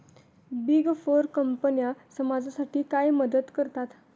Big four कंपन्या समाजासाठी काय मदत करतात?